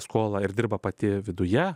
skolą ir dirba pati viduje